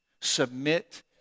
Submit